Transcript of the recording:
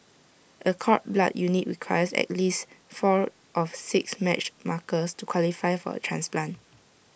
A cord blood unit requires at least four of six matched markers to qualify for A transplant